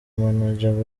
manager